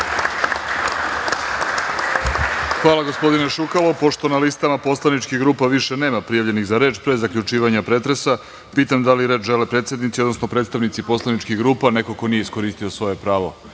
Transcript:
Hvala gospodine Šukalo. Pošto na listama poslaničkih grupa više nema prijavljenih za reč, pre zaključivanja pretresa, pitam da li reč žele predsednici, odnosno predstavnici poslaničkih grupa ili neko ko nije iskoristio svoje pravo